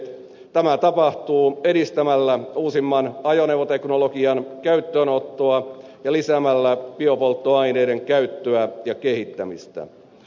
tämä tapahtuu edistämällä uusimman ajoneuvoteknologian käyttöönottoa ja lisäämällä biopolttoaineiden käyttöä ja kehittämistä